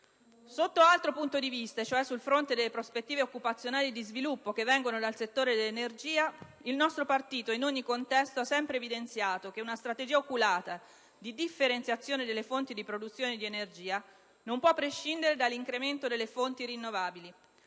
Sotto altro punto di vista, e cioè sul fronte delle prospettive occupazionali e di sviluppo che vengono dal settore dell'energia, il nostro partito in ogni contesto ha sempre evidenziato che una strategia oculata di differenziazione delle fonti di produzione di energia non può prescindere dall'incremento delle fonti rinnovabili.